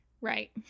Right